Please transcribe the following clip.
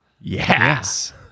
Yes